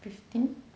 fifteen